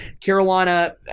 Carolina